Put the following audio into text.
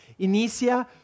Inicia